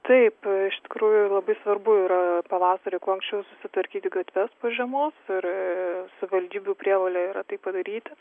taip iš tikrųjų labai svarbu yra pavasarį kuo anksčiau susitvarkyti gatves po žiemos ir savivaldybių prievolė yra tai padaryti